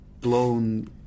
blown